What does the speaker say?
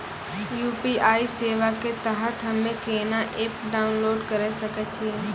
UPI सेवा के तहत हम्मे केना एप्प डाउनलोड करे सकय छियै?